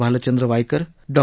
Bhalchand Waikar Dr